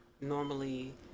normally